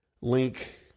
link